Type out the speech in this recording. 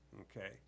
Okay